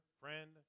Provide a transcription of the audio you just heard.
friend